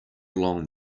along